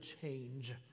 change